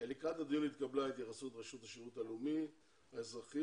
ולקראת הדיון התקבלה התייחסות רשות השירות הלאומי האזרחי,